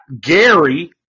Gary